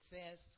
says